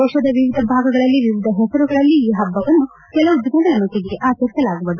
ದೇಶದ ವಿವಿಧ ಭಾಗಗಳಲ್ಲಿ ವಿವಿಧ ಹೆಸರುಗಳಲ್ಲಿ ಈ ಹಬ್ಬವನ್ನು ಕೆಲವು ದಿನಗಳ ಮಟ್ಟಿಗೆ ಆಚರಿಸಲಾಗುವುದು